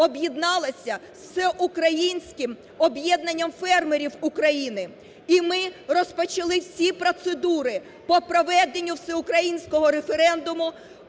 об'єдналася з Всеукраїнським об'єднанням фермерів України, і ми розпочали всі процедури по проведенню всеукраїнського референдуму